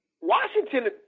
Washington